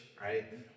right